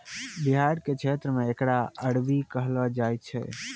बिहार के क्षेत्र मे एकरा अरबी कहलो जाय छै